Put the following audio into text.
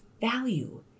value